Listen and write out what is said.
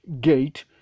gate